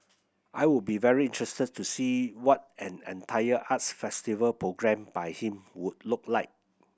I would be very interested to see what an entire arts festival programmed by him would look like